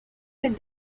with